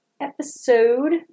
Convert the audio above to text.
episode